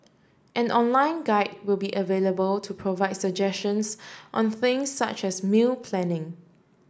an online guide will be available to provide suggestions on things such as meal planning